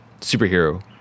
superhero